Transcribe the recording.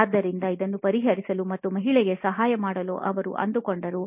ಆದ್ದರಿಂದ ಅದನ್ನು ಪರಿಹರಿಸಲು ಮತ್ತು ಮಹಿಳೆಗೆ ಸಹಾಯ ಮಾಡಲು ಅವರು ಅಂದುಕೊಂಡರು